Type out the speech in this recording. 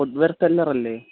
food ware seller അല്ലെ